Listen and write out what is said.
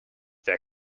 their